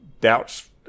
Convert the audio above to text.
doubts